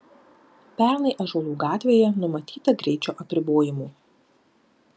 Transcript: pernai ąžuolų gatvėje numatyta greičio apribojimų